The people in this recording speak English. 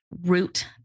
root